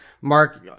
Mark